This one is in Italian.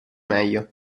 meglio